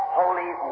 holy